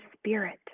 spirit